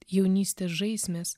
jaunystės žaismės